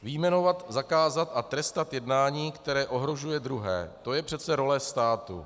Vyjmenovat, zakázat a trestat jednání, které ohrožuje druhé to je přece role státu.